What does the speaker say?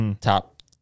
top